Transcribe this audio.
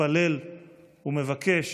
מתפלל ומבקש